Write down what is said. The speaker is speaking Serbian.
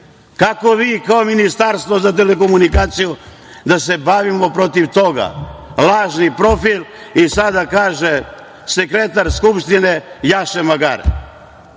Kako vi kao Ministarstvo za telekomunikacije da se borimo protiv toga? Lažni profil i sada kaže - sekretar Skupštine jaše magare,